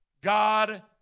God